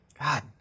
God